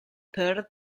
pearl